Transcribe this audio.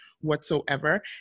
whatsoever